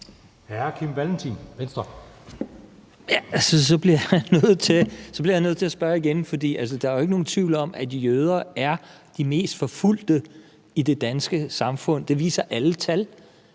16:34 Kim Valentin (V): Så bliver jeg nødt til at spørge igen, for der er jo ikke nogen tvivl om, at jøder er de mest forfulgte i det danske samfund. Det viser alle tal.